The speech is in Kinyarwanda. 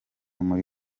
muri